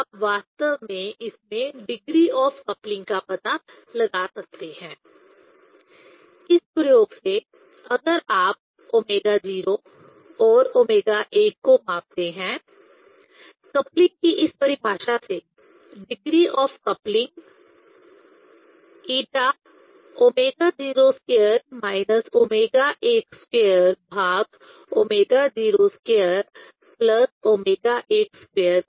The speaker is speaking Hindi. तो आप वास्तव में इस में डिग्री ऑफ कपलिंग का पता लगा सकते हैं इस प्रयोग से अगर आप ω0 और ω1 को मापते हैं कपलिंग की इस परिभाषा से डिग्री ऑफ कपलिंग χ ω02 ω12ω02 ω12 है